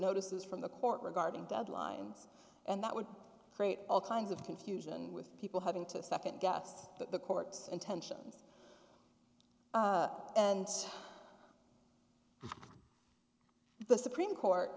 notices from the court regarding deadlines and that would create all kinds of confusion with people having to second guess that the courts intentions and the supreme court